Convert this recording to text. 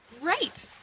right